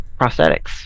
prosthetics